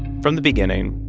from the beginning,